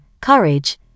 courage